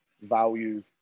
value